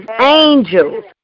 angels